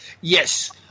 Yes